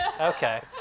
Okay